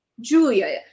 julia